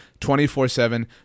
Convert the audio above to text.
24-7